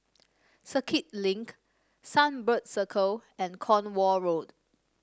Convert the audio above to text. Circuit Link Sunbird Circle and Cornwall Road